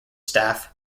staff